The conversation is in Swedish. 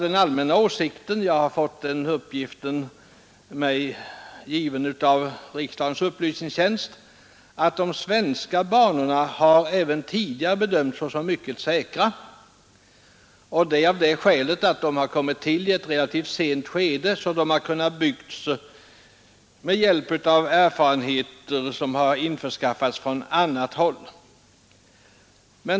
Den allmänna åsikten har varit — jag har fått den uppgiften mig given av riksdagens upplysningstjänst — att de svenska banorna även tidigare bedömts såsom mycket säkra av det skälet att de har kommit till i ett relativt sent skede och kunnat byggas med hjälp av erfarenheter som införskaffats från annat håll.